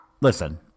listen